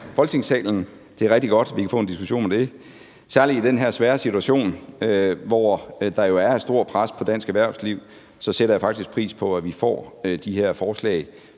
Folketingssalen. Det er rigtig godt, at vi kan få en diskussion om det – særlig i den her svære situation, hvor der jo er et stort pres på dansk erhvervsliv, sætter jeg faktisk pris på, at vi får de forslag